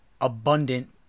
abundant